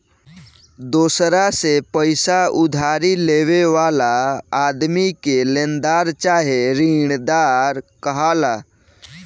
दोसरा से पईसा उधारी लेवे वाला आदमी के लेनदार चाहे ऋणदाता कहाला